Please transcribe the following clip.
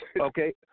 Okay